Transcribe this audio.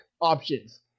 options